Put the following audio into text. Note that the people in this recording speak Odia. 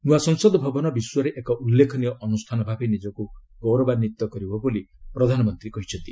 ନୂଆ ସଂସଦ ଭବନ ବିଶ୍ୱରେ ଏକ ଉଲ୍ଲେଖନୀୟ ଅନୁଷ୍ଠାନ ଭାବେ ନିଜକୁ ଗୌରବାନ୍ୱିତ କରିବ ବୋଲି ପ୍ରଧାନମନ୍ତ୍ରୀ କହିଛନ୍ତି